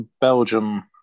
Belgium